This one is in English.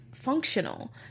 Functional